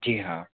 जी हाँ